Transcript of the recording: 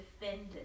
defended